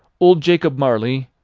old jacob marley,